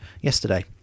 yesterday